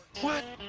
what?